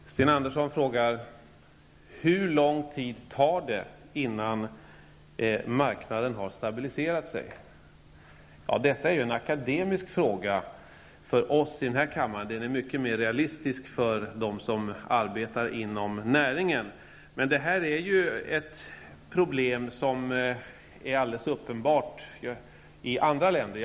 Herr talman! Sten Andersson frågar: Hur lång tid tar det innan marknaden har stabiliserat sig? Detta är en akademisk fråga för oss i den här kammaren. Den är mycket mer realistisk för dem som arbetar inom näringen. Det här är ett problem som är alldeles uppenbart i andra länder.